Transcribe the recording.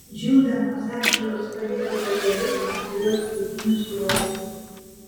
džiūdamos ašaros paliko takelius ant jos putnių skruostų